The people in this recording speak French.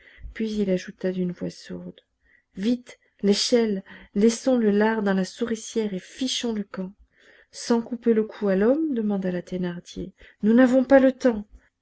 puis il ajouta d'une voix sourde vite l'échelle laissons le lard dans la souricière et fichons le camp sans couper le cou à l'homme demanda la thénardier nous n'avons pas le temps